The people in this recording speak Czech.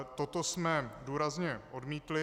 Toto jsme důrazně odmítli.